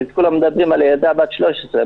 וכולה מדברים על ילדה בת 13,